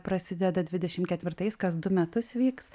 prasideda dvidešim ketvirtais kas du metus vyks